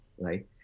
right